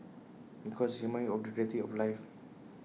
because IT reminds you of the reality of life